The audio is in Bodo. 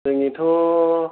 जोंनिथ'